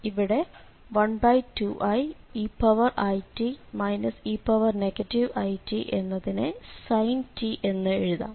ഇവിടെ 12ieit e it എന്നതിനെ sin t എന്ന് എഴുതാം